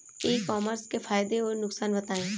ई commerce के फायदे और नुकसान बताएँ?